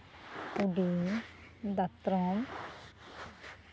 ᱠᱩᱰᱤ ᱫᱟᱛᱨᱚᱢ